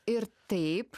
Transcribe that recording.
ir taip